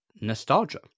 nostalgia